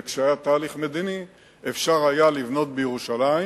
וכשהיה תהליך מדיני אפשר היה לבנות בירושלים